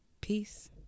peace